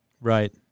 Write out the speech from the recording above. Right